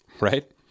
right